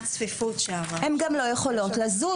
הן גם לא יכולות לזוז.